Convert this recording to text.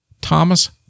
Thomas